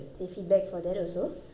they feedback for that also